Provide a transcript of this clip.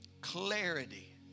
clarity